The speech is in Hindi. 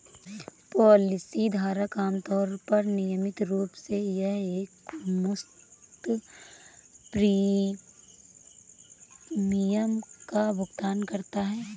पॉलिसी धारक आमतौर पर नियमित रूप से या एकमुश्त प्रीमियम का भुगतान करता है